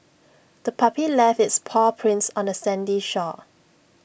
the puppy left its paw prints on the sandy shore